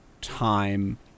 time